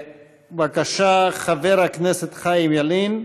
בבקשה, חבר הכנסת חיים ילין,